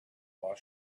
while